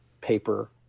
paper